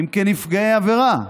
אם כנפגע עבירה.